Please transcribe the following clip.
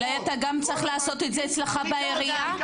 אולי אתה צריך לעשות את זה אצלך בעירייה.